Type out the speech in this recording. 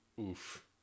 Oof